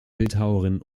bildhauerin